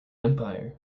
empire